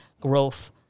growth